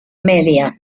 media